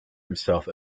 himself